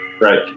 Right